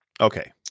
Okay